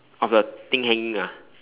of the thing hanging ah